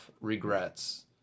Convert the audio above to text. regrets